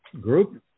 group